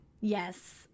Yes